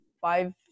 five